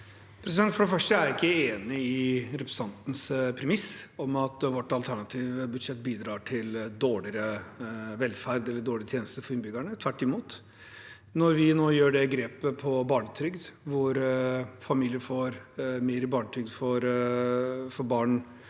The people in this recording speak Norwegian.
For det første er jeg ikke enig i representantens premiss om at vårt alternative budsjett bidrar til dårligere velferd eller dårligere tjenester for innbyggerne – tvert imot. Når vi tar dette grepet med barnetrygden, hvor familier får mer i barnetrygd for barn